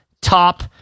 top